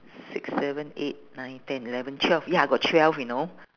six seven eight nine ten eleven twelve ya I got twelve you know